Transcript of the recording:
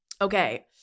Okay